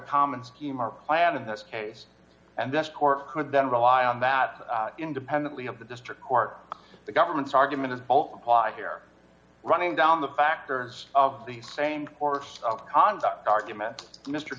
common scheme or plan in this case and this court could then rely on that independently of the district court the government's argument is both apply here running down the factors of the same course of conduct argument mr